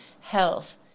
health